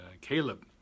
Caleb